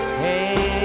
hey